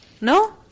No